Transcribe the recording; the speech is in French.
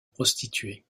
prostituées